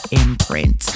imprint